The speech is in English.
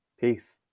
peace